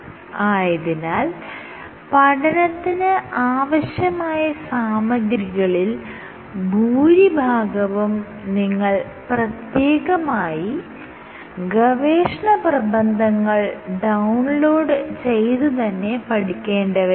ആയതിനാൽ പഠനത്തിന് ആവശ്യമായ സാമഗ്രികളിൽ ഭൂരിഭാഗവും നിങ്ങൾ പ്രത്യേകമായി ഗവേഷണ പ്രബന്ധങ്ങൾ ഡൌൺലോഡ് ചെയ്തുതന്നെ പഠിക്കേണ്ടവയാണ്